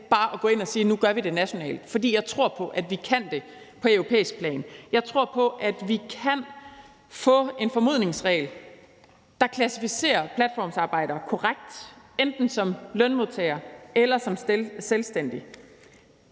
bare at gå ind og sige, at nu gør vi det nationalt. For jeg tror på, at vi kan gøre det på europæisk plan. Jeg tror på, at vi kan få en formodningsregel, der klassificerer platformsarbejdere korrekt, enten som lønmodtagere eller som selvstændige.